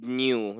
new